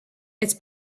its